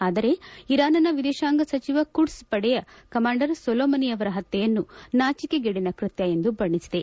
ಆದರೆ ಇರಾನ್ನ ವಿದೇತಾಂಗ ಸಚಿವ ಕುಡ್ಲ್ ಪಡೆಯ ಕಮಾಂಡರ್ ಸೋಲೊಮನಿ ಅವರ ಹತ್ಯೆಯನ್ನು ನಾಚಕೆಗೇಡಿನ ಕೃತ್ಯ ಎಂದು ಬಣ್ಣಿಸಿದೆ